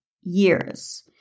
years